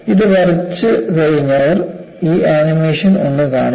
ഇത് വരച്ച കഴിഞ്ഞവർ ഈ ആനിമേഷൻ ഒന്ന് നോക്കുക